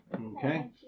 Okay